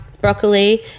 broccoli